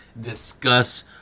discuss